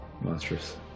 Monstrous